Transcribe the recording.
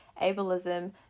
ableism